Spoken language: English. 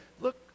look